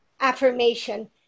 affirmation